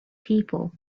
people